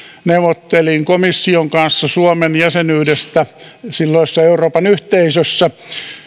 neuvottelin komission kanssa suomen jäsenyydestä silloisessa euroopan yhteisössä